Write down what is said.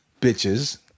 bitches